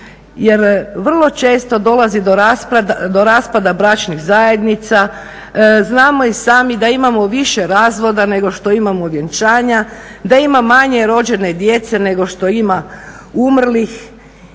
Jer vrlo često dolazi do raspada bračnih zajednica. Znamo i sami da imamo više razvoda nego što imamo vjenčanja, da ima manje rođene djece nego što ima umrlih